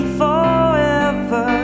forever